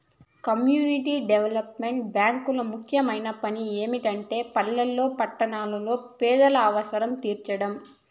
community development బ్యేంకులు ముఖ్యమైన పని ఏమిటంటే పల్లెల్లో పట్టణాల్లో పేదల అవసరం తీర్చడం